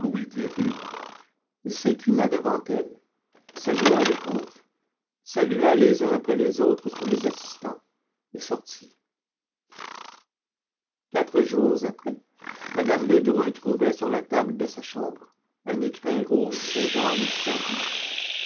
madame il s'inclina devant elle salua le comte salua les uns après les autres tous les assistants et sortit quatre jours après mme de dreux trouvait sur la table de sa chambre un écrin de cuir rouge aux armes du cardinal